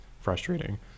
frustrating